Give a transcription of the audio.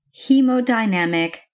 hemodynamic